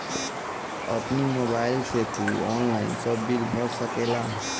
अपनी मोबाइल से तू ऑनलाइन सब बिल भर सकेला